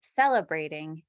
celebrating